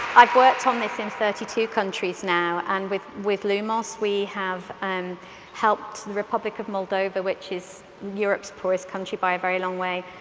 i've worked on this in thirty two countries now. and with with lumos we have um helped the republic of moldova, which is europe's poorest country by a very long way,